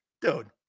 dude